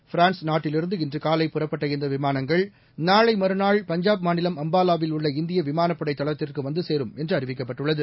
France நாட்டிலிருந்து இன்றுகாலை புறப்பட்ட இந்தவிமானங்கள் நாளைமறுநாள் பஞ்சாப் மாநிலம் அம்பாவாவில் உள்ள இந்தியவிமானப்படைதளத்திற்குவந்தசேரும் என்றுஅறிவிக்கப்பட்டுள்ளது